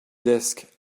desk